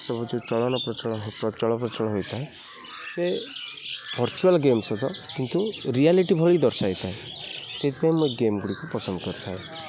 ସବୁ ଯେଉଁ ଚଳନ ପ୍ରଚଳ ଚଳ ପ୍ରଚଳ ହୋଇଥାଏ ସେ ଭର୍ଚ୍ଚୁଆଲ ଗେମ୍ ସତ କିନ୍ତୁ ରିୟାଲିଟି ଭଳି ଦର୍ଶାଇ ଥାଏ ସେଇଥିପାଇଁ ମୁଁ ଏ ଗେମ୍ ଗୁଡ଼ିକୁ ପସନ୍ଦ କରିଥାଏ